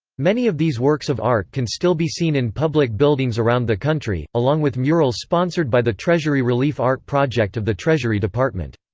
many of these works of art can still be seen in public buildings around the country, along with murals sponsored by the treasury relief art project of the treasury department.